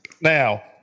Now